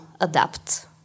adapt